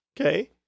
Okay